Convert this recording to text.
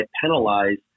penalize